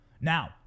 Now